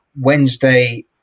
Wednesday